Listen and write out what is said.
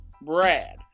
Brad